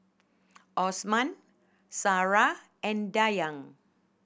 Osman Sarah and Dayang